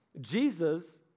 Jesus